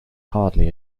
hardly